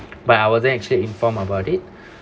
but I wasn't actually informed about it